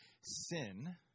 sin